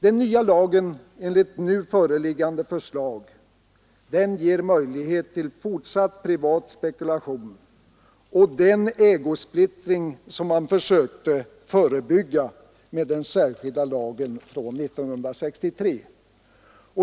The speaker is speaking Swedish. Det nu föreliggande förslaget till ny lag ger möjlighet till fortsatt privat spekulation och till den ägosplittring som man försökte förebygga med den särskilda lagen från 1963.